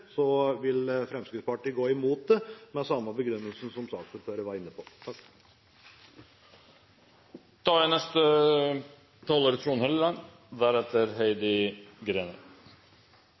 vil Fremskrittspartiet gå imot det med samme begrunnelse som saksordføreren var inne på.